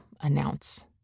announce